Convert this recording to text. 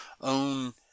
own